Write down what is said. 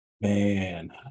Man